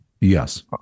Yes